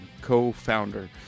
co-founder